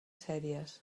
sèries